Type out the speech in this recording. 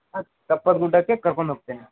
ಹಾಂ ಕಪ್ಪದ್ ಗುಡ್ಡಕ್ಕೆ ಕರ್ಕೊಂಡು ಹೋಗ್ತೇನೆ